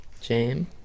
jam